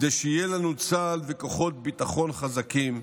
כדי שיהיו לנו צה"ל וכוחות ביטחון חזקים,